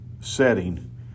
setting